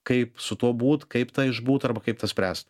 kaip su tuo būt kaip tą išbūt arba kaip tą spręst